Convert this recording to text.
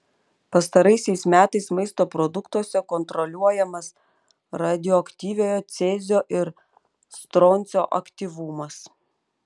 pastaraisiais metais maisto produktuose kontroliuojamas radioaktyviojo cezio ir stroncio aktyvumas